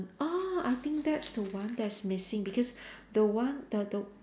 ah I think that's the one that is missing because the one the the